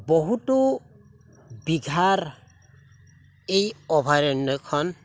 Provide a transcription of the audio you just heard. বহুতো বিঘাৰ এই অভয়াৰণ্যখন